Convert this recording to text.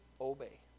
obey